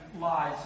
lies